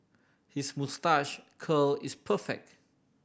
his moustache curl is perfect